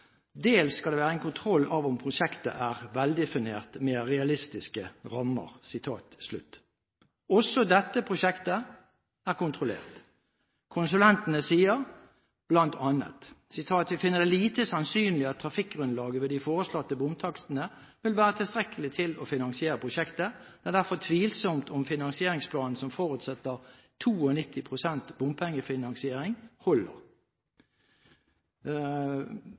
Dels skal det være en kontroll av om prosjektet er veldefinert med realistiske rammer.» Også dette prosjektet er kontrollert. Konsulentene sier bl.a.: «Vi finner det lite sannsynlig at trafikkgrunnlaget ved de foreslåtte bomtakstene vil være tilstrekkelig til å finansiere prosjektet. Det er derfor tvilsomt om finansieringsplanen som forutsetter 92 pst. bompengefinansiering